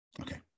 Okay